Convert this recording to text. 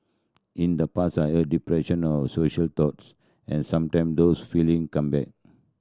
in the past I had depression or social thoughts and sometime those feeling come back